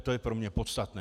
To je pro mě podstatné.